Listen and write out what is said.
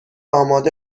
آماده